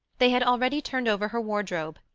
they had already turned over her wardrobe,